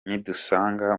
nidusanga